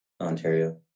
Ontario